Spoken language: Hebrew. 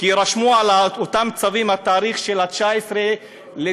כי רשמו על אותם הצווים את התאריך של 19 בדצמבר,